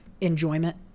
enjoyment